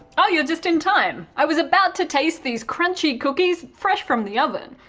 ah yeah just in time! i was about to taste these crunchy cookies fresh from the oven.